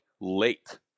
late